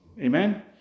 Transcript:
Amen